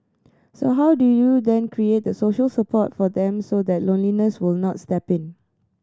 so how do you then create the social support for them so that loneliness will not step in